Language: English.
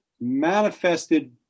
manifested